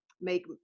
make